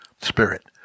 spirit